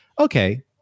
okay